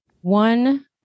one